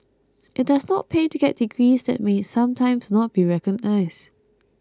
it does not pay to get degrees that may sometimes not be recognised